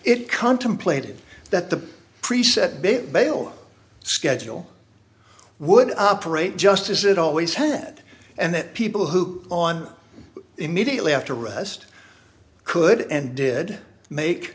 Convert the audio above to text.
it contemplated that the preset be a bail schedule would operate just as it always had and the people who on immediately after rest could and did make